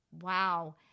wow